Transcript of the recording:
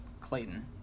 Clayton